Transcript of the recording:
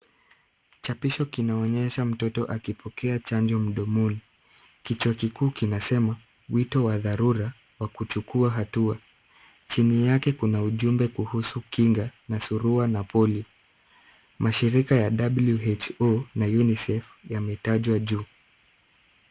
Chapisho kinaonyesha mtoto akipokea chanjo mdomoni. Kichwa kikuu kinasema mwito wa dharura wa kuchukua hatua. Chini yake kuna ujumbe kuhusu kinga ya surua na polio. Mashirika ya WHO na UNICEF yametajwa juu.